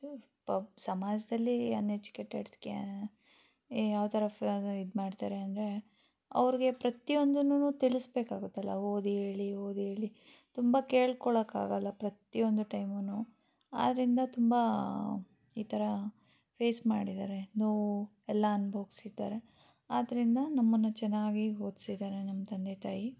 ಸಮಾಜದಲ್ಲಿ ಅನ್ಎಜುಕೇಟೆಡ್ಸ್ಗೆ ಯಾವ ಥರ ಇದು ಮಾಡ್ತಾರೆ ಅಂದರೆ ಅವ್ರಿಗೆ ಪ್ರತಿ ಒಂದುನು ತಿಳಿಸಬೇಕಾಗುತ್ತಲ್ಲ ಓದಿ ಹೇಳಿ ಓದಿ ಹೇಳಿ ತುಂಬ ಕೇಳ್ಕೊಳ್ಳೋಕ್ಕೆ ಆಗೋಲ್ಲ ಪ್ರತಿಯೊಂದು ಟೈಮೂ ಆದ್ದರಿಂದ ತುಂಬ ಈ ಥರ ಫೇಸ್ ಮಾಡಿದ್ದಾರೆ ನೋವು ಎಲ್ಲ ಅನುಭವ್ಸಿದ್ದಾರೆ ಆದ್ದರಿಂದ ನಮ್ಮನ್ನು ಚೆನ್ನಾಗಿ ಓದ್ಸಿದ್ದಾರೆ ನಮ್ಮ ತಂದೆ ತಾಯಿ